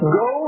go